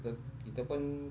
kita kita pun